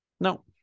No